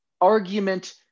argument